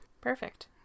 Perfect